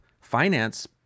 finance